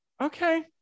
Okay